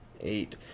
eight